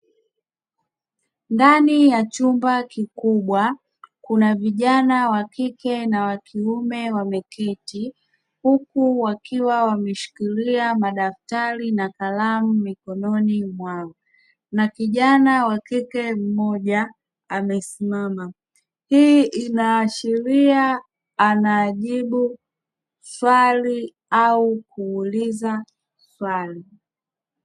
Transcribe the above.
Ndani ya chumba kikubwa kuna vijana wa kike na wa kiume wameketi huku wakiwa wameshikilia madaftari na kalamu mikononi mwao na kijana wa kike mmoja amesimama, hii inaashiria anajibu swali au kuuliza swali.